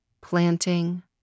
Planting